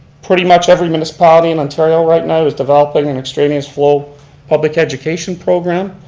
pretty much every municipality in ontario right now is developing an extraneous flow public education program.